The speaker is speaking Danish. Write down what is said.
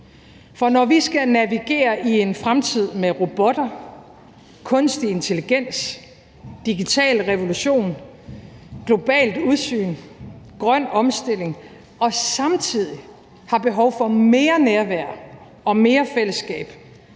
For når vi skal navigere i en fremtid med robotter, kunstig intelligens, digital revolution, globalt udsyn og grøn omstilling og samtidig har behov for mere nærvær og mere fællesskab,